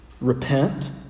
repent